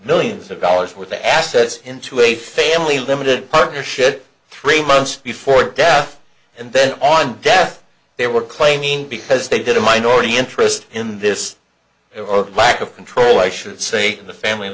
millions of dollars worth of assets into a family limited partnership three months before death and then on death they were claiming because they did a minority interest in this lack of control i should say the family